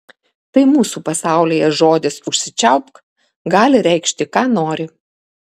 tai mūsų pasaulyje žodis užsičiaupk gali reikšti ką nori